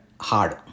hard